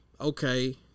okay